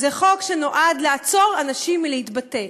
זה חוק שנועד לעצור אנשים מלהתבטא,